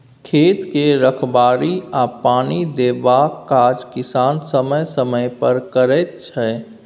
खेत के रखबाड़ी आ पानि देबाक काज किसान समय समय पर करैत छै